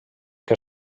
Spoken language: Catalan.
que